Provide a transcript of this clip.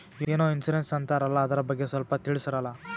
ಏನೋ ಇನ್ಸೂರೆನ್ಸ್ ಅಂತಾರಲ್ಲ, ಅದರ ಬಗ್ಗೆ ಸ್ವಲ್ಪ ತಿಳಿಸರಲಾ?